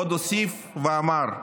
ועוד הוסיף ואמר: